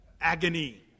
agony